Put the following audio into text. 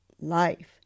life